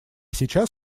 сейчас